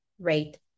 rate